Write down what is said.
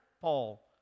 Paul